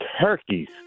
turkeys